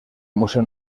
museo